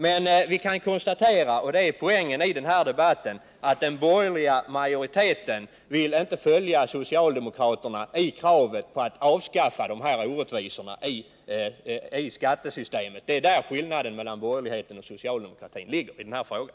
Men vi kan konstatera — och det är poängen i den här debatten — att den borgerliga majoriteten inte vill följa socialdemokraterna i kravet på att avskaffa denna orättvisa i skattesystemet. Det är där skillnaden mellan borgerligheten och socialdemokratin ligger i den här frågan.